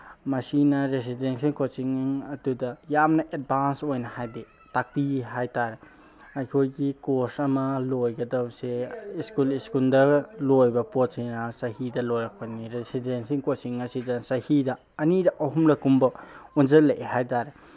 ꯃꯁꯤꯅ residential coaching ꯑꯗꯨꯗ ꯌꯥꯝꯅ ꯑꯦꯗꯕꯥꯟꯁ ꯑꯣꯏꯅ ꯍꯥꯏꯕꯗꯤ ꯇꯥꯛꯄꯤ ꯍꯥꯏꯕ ꯇꯥꯔꯦ ꯑꯩꯈꯣꯏꯒꯤ ꯀꯣꯔꯁ ꯑꯃ ꯂꯣꯏꯒꯗꯧꯔꯤꯁꯦ ꯁ꯭ꯀꯨꯜ ꯁ꯭ꯀꯨꯜꯗꯒ ꯂꯣꯏꯕ ꯄꯣꯠꯁꯤꯅ ꯆꯍꯤꯗ ꯂꯣꯏꯔꯛꯄꯅꯤ ꯔꯤꯁꯤꯗꯦꯟꯁꯦꯜ ꯀꯣꯆꯤꯡ ꯑꯁꯤꯗ ꯆꯍꯤꯗ ꯑꯅꯤꯔꯛ ꯑꯍꯨꯝꯂꯛꯀꯨꯝꯕ ꯑꯣꯟꯁꯤꯜꯂꯛꯑꯦ ꯍꯥꯏꯕ ꯇꯥꯔꯦ